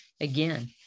again